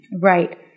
Right